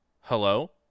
Hello